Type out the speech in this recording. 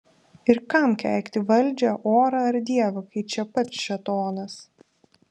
ir kam keikti valdžią orą ar dievą kai čia pat šėtonas